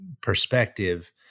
perspective